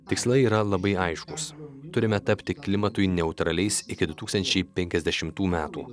tikslai yra labai aiškūs turime tapti klimatui neutraliais iki du tūkstančiai penkiasdešimtų metų